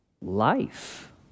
Life